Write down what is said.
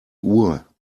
uhr